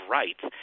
rights